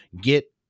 Get